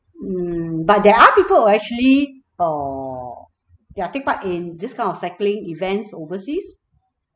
mm but there are people who actually err ya take part in this kind of cycling events overseas